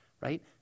right